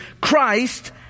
Christ